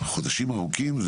חודשים ארוכים?